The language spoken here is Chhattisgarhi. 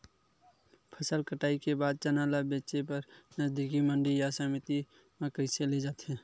फसल कटाई के बाद चना ला बेचे बर नजदीकी मंडी या समिति मा कइसे ले जाथे?